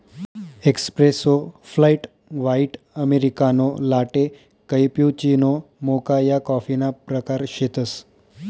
espresso, flat white, americano, latte, cappuccino, mocha या कॉफीना प्रकार शेतसं